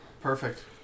Perfect